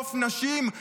לרדוף נשים,